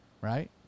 right